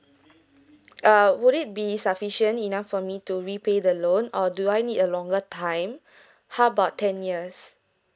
uh would it be sufficient enough for me to repay the loan or do I need a longer time how about ten years